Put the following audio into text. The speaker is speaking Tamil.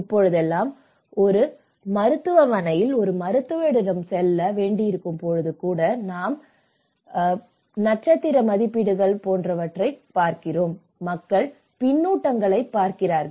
இப்போதெல்லாம் ஒரு மருத்துவமனையில் ஒரு மருத்துவரிடம் செல்ல வேண்டியிருக்கும் போது கூட நான் பார்த்திருக்கிறேன் மக்கள் பின்னூட்டங்களைப் பார்க்கிறார்கள்